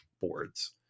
boards